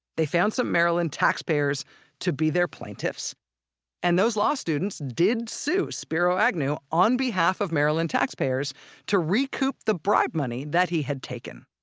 they found some maryland taxpayers to be their plaintiffs and those law students did sue spiro agnew on behalf of maryland taxpayers to recoup the bribe money that he had taken.